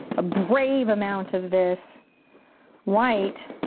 a brave amount of this white.